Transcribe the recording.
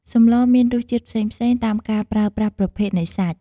សម្លមានរសជាតិផ្សេងៗតាមការប្រើប្រាស់ប្រភេទនៃសាច់។